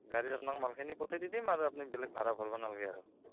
গাড়ীত আপোনাক মালখিন পঠাই দিম আৰু আপুনি বেলেগ ভাড়া ভৰব নালগে আৰু